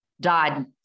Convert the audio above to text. died